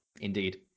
Indeed